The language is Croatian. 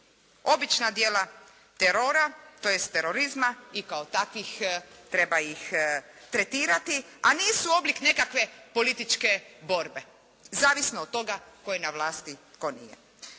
obična djela terora, tj. terorizma i kao takvih treba ih tretirati, a nisu oblik nekakve političke borbe, zavisno od toga tko je na vlasti, tko nije.